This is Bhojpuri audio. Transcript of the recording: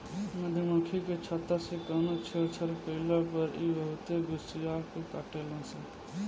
मधुमखी के छत्ता से कवनो छेड़छाड़ कईला पर इ बहुते गुस्सिया के काटेली सन